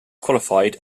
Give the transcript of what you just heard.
qualified